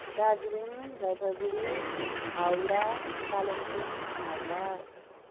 Darjeeling Jalpaiguri Howrah Kalimpong Malda